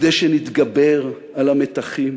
כדי שנתגבר על המתחים,